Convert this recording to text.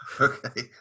Okay